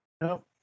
No